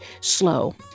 slow